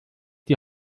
die